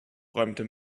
räumte